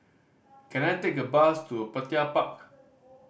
can I take a bus to Petir Park